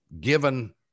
given